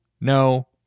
no